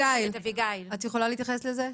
אביגיל, את יכולה להתייחס לזה?